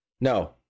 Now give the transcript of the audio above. No